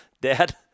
Dad